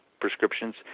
prescriptions